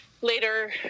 later